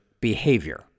Behavior